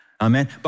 Amen